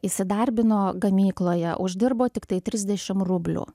įsidarbino gamykloje uždirbo tiktai trisdešimt rublių